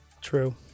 True